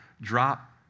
drop